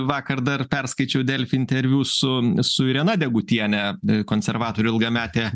vakar dar perskaičiau delfi interviu su su irena degutiene konservatorių ilgamete